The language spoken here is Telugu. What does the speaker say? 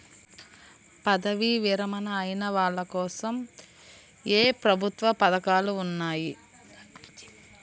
పదవీ విరమణ అయిన వాళ్లకోసం ఏ ప్రభుత్వ పథకాలు ఉన్నాయి?